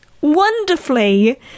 wonderfully